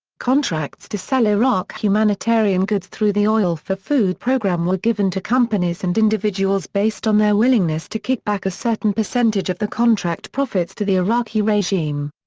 contracts to sell iraq humanitarian goods through the oil-for-food programme were given to companies and individuals based on their willingness to kick back a certain percentage of the contract profits to the iraqi regime.